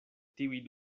tiuj